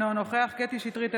אינו נוכח קטי קטרין שטרית,